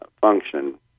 function